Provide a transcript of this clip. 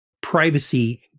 privacy